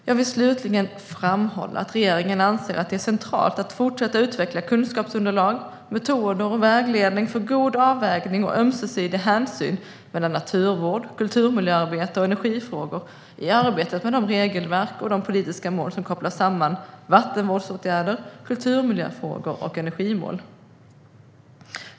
Jag vill slutligen framhålla att regeringen anser att det är centralt att fortsätta utveckla kunskapsunderlag, metoder och vägledning för god avvägning och ömsesidig hänsyn mellan naturvård, kulturmiljöarbete och energifrågor i arbetet med de regelverk och politiska mål som kopplar samman vattenvårdsåtgärder, kulturmiljöfrågor och energimål.